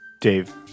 Dave